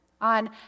on